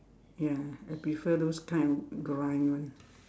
ya I prefer those kind of grind one